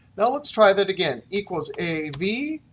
now let's try that again. equals a v.